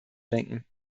lenken